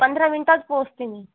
पंधरा मिनटात पोहोचते मी